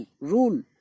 rule